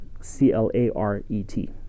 C-L-A-R-E-T